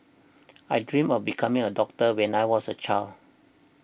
I dreamt of becoming a doctor when I was a child